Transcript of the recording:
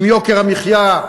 עם יוקר המחיה,